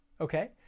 okay